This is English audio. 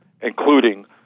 including